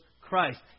Christ